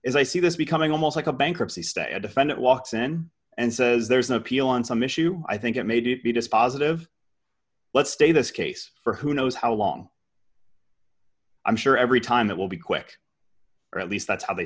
is i see this becoming almost like a bankruptcy state a defendant walks in and says there's an appeal on some issue i think it made it be dispositive let's stay this case for who knows how long i'm sure every time that will be quick or at least that's how they